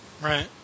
Right